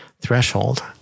threshold